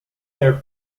their